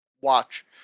watch